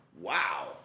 wow